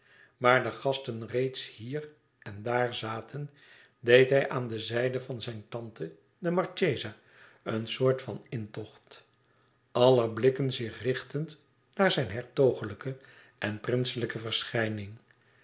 maar de gasten reeds hier en en daar zaten deed hij aan de zijde van zijne tante de marchesa een soort van intocht aller blikken eerbiedig zich richtend naar zijne hertogelijke en prinselijke verschijning